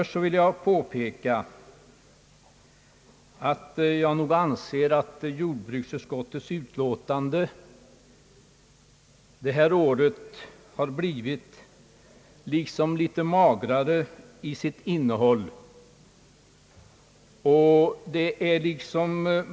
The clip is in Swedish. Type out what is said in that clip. Till att börja med vill jag påstå att jordbruksutskottets utlåtande i år har blivit liksom litet magrare till sitt innehåll än tidigare utlåtanden i samma fråga.